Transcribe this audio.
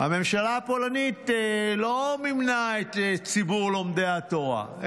הממשלה הפולנית לא מימנה את ציבור לומדי התורה,